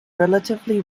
relatively